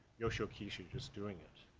yoshokishi's just doing it.